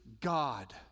God